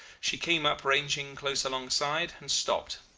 she came up ranging close alongside, and stopped.